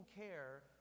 care